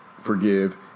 forgive